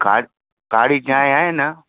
car कारी चांहि आहे न